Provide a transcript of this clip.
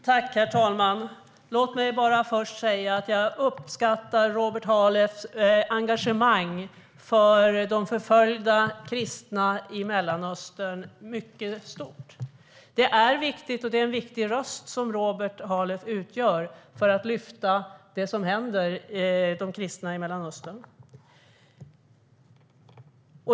Herr talman! Jag uppskattar starkt Robert Halefs engagemang för de förföljda kristna i Mellanöstern. Robert Halefs röst är viktig för att lyfta fram det som händer de kristna i Mellanöstern.